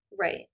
Right